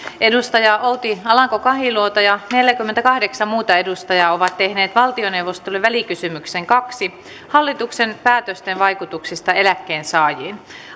outi alanko kahiluoto ja neljäkymmentäkahdeksan muuta edustajaa ovat tehneet valtioneuvostolle välikysymyksen kaksi hallituksen päätösten vaikutuksista eläkkeensaajiin